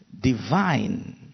divine